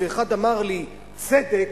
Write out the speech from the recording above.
ואחד אמר לי: צדק.